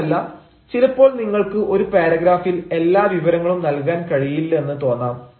മാത്രമല്ല ചിലപ്പോൾ നിങ്ങൾക്ക് ഒരു പാരഗ്രാഫിൽ എല്ലാ വിവരങ്ങളും നൽകാൻ കഴിയില്ലെന്ന് തോന്നാം